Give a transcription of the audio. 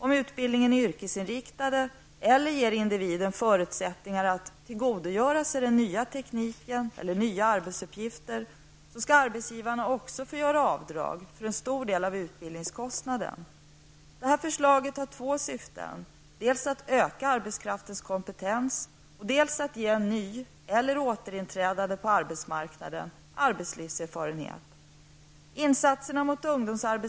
Är utbildningen yrkesinriktad eller ger individen förutsättningar att tillgodogöra sig ny teknik eller nya arbetsuppgifter skall arbetsgivarna därutöver även få göra avdrag för en stor del av utbildningskostnaden. Detta förslag har två syften, dels att öka arbetskraftens kompetens och dels att ge ny eller återinträdande på arbetsmarknaden arbetslivserfarenhet.